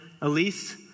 Elise